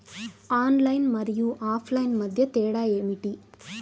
Online మరియు offline మధ్య తేడా ఏమిటీ?